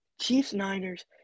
Chiefs-Niners